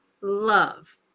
love